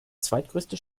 zweitgrößte